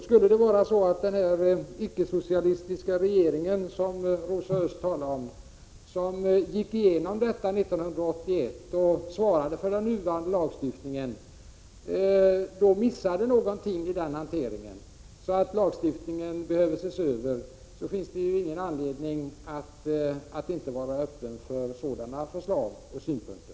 Skulle det vara så att den icke-socialistiska regering som Rosa Östh talade om, som gick igenom detta 1981 och svarade för den nuvarande lagstiftningen, missade någonting i hanteringen så att lagstiftningen behöver ses över, finns det ju ingen anledning att inte vara öppen för förslag och synpunkter.